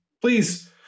please